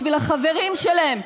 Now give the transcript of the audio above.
בשביל החברים שלהם,